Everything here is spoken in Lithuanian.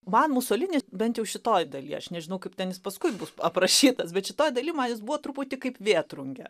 man musolinis bent jau šitoj daly aš nežinau kaip ten jis paskui bus aprašytas bet šitoj daly man jis buvo truputį kaip vėtrungė